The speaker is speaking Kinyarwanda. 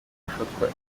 gufatwa